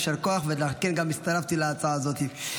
יישר כוח, ועל כן גם הצטרפתי להצעה הזאת.